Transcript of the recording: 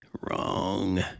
Wrong